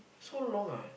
so long ah